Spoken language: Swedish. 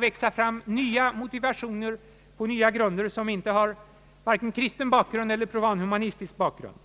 växa fram nya motivationer på nya grunder, som inte har vare sig kristen eller profanhumanistisk bakgrund.